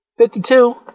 52